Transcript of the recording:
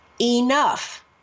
enough